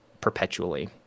perpetually